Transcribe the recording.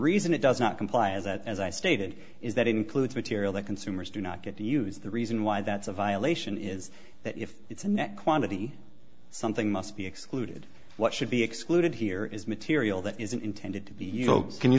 reason it does not comply is that as i stated is that includes material that consumers do not get to use the reason why that's a violation is that if it's a net quantity something must be excluded what should be excluded here is material that isn't intended to be you folks can you